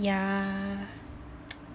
ya